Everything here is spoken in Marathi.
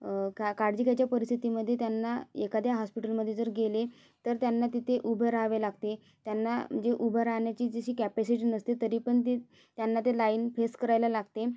काळजी घ्यायच्या परिस्थितीमध्ये त्यांना एखाद्या हॉस्पिटलमध्ये जर गेले तर त्यांना तिथे उभे रहावे लागते त्यांना म्हणजे उभं राहण्याची जशी कॅपॅसिटी नसते तरीपण ते त्यांना ते लाईन फेस करायला लागते